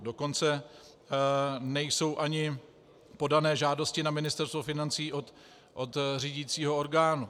Dokonce nejsou ani podány žádosti na Ministerstvo financí od řídícího orgánu.